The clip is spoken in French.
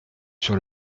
sur